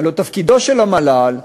הלוא תפקידו של המל"ל,